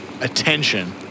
attention